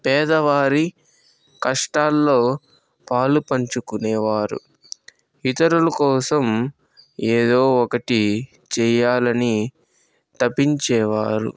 పేదవారి కష్టాల్లో పాలుపంచుకునేవారు ఇతరుల కోసం ఏదో ఒకటి చేయాలని తపించేవారు